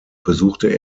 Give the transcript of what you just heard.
besuchte